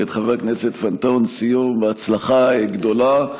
את חבר הכנסת פנתהון סיום בהצלחה גדולה.